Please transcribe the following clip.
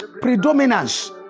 predominance